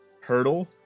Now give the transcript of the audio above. hurdle